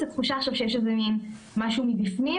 התחושה עכשיו היא שיש איזה מין משהו מבפנים,